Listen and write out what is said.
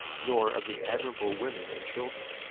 nor of the admirable women and children,